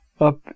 up